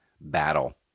battle